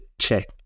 check